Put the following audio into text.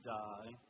die